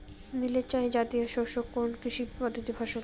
Millet জাতীয় শস্য কোন কৃষি পদ্ধতির ফসল?